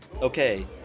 Okay